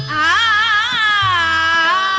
aa